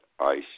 ICE